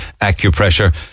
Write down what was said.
acupressure